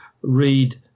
read